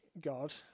God